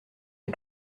les